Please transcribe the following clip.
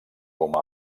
com